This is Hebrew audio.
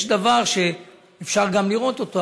יש דבר שאפשר גם לראות אותו.